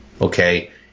Okay